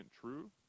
true